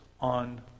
on